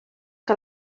que